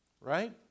right